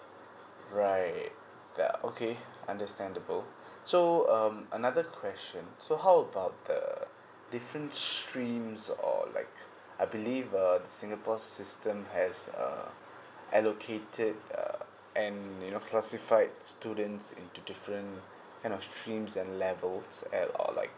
right yeah okay understandable so um another question so how about the different streams or like I believe uh singapore system has uh allocated uh and you know classified students into different kind of streams and levels at or like